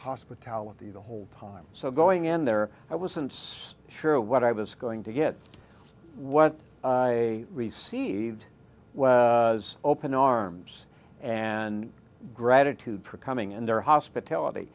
hospitality the whole pond so going in there i was since sure what i was going to get what i received as open arms and gratitude for coming and their hospitality